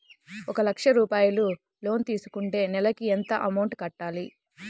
ఒక లక్ష రూపాయిలు లోన్ తీసుకుంటే నెలకి ఎంత అమౌంట్ కట్టాలి?